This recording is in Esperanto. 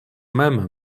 mem